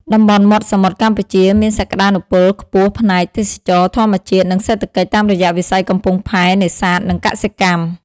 តំបន់មាត់សមុទ្រកម្ពុជាមានសក្តានុពលខ្ពស់ផ្នែក ទេសចរណ៍ ធម្មជាតិ និង សេដ្ឋកិច្ច តាមរយៈវិស័យកំពង់ផែ នេសាទ និងកសិកម្ម។